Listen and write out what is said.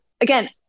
Again